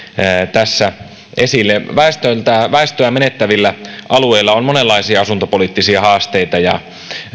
tässä esille väestöä menettävillä alueilla on monenlaisia asuntopoliittisia haasteita ja